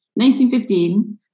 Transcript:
1915